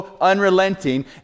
unrelenting